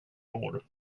mår